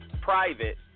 private